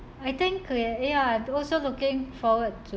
I think cle~ ya to also looking forward to